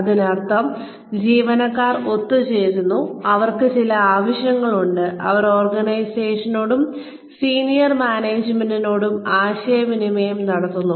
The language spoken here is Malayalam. അതിനർത്ഥം ജീവനക്കാർ ഒത്തുചേരുന്നു അവർക്ക് ചില ആവശ്യങ്ങളുണ്ട് അവർ ഓർഗനൈസേഷനോടും സീനിയർ മാനേജുമെന്റിനോടും ആശയവിനിമയം നടത്തുന്നു